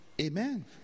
Amen